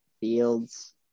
Fields